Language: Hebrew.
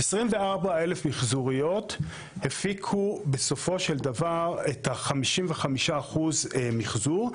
24,000 מחזוריות הפיקו בסופו של דבר את ה-55% מחזור.